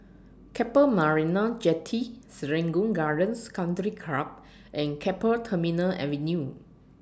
Keppel Marina Jetty Serangoons Gardens Country Club and Keppel Terminal Avenue